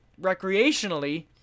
recreationally